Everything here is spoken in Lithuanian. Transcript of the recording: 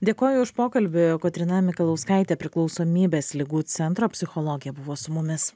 dėkoju už pokalbį kotryna mikalauskaitė priklausomybės ligų centro psichologė buvo su mumis